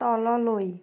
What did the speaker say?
তললৈ